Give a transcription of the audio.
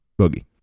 boogie